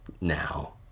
now